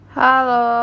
Hello